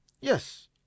yes